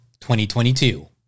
2022